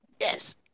Yes